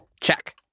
Check